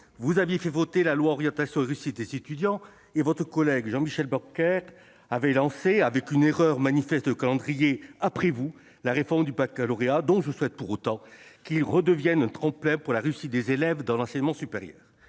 vous avez fait voter la loi Orientation et réussite des étudiants. Votre collègue Jean-Michel Blanquer avait lancé après vous, commettant une erreur manifeste de calendrier, la réforme du baccalauréat, dont je souhaite par ailleurs qu'il redevienne un tremplin pour la réussite des élèves dans l'enseignement supérieur.